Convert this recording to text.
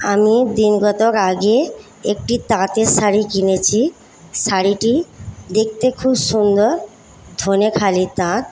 আমি দিনগতক আগে একটি তাঁতের শাড়ি কিনেছি শাড়িটি দেখতে খুব সুন্দর ধনেখালি তাঁত